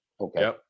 Okay